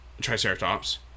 Triceratops